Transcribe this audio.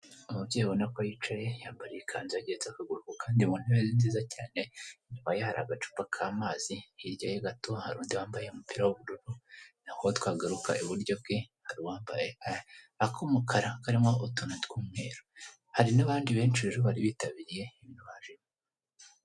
Umubyeyi abona ko yicaye yiyambariye ikanzu yageretse akaguru kandi mu ntebe nziza cyane, inyuma ye hari agacupa k'amazi, hirya ye gato hari undi wambaye umupira w'ubururu, naho twagaruka iburyo bwe, hari wambaye ak'umukara karimo utuntu tw'umweru. Hari n'abandi benshi rero bari bitabiriye baje...